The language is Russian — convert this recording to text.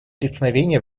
преткновения